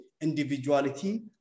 individuality